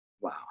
wow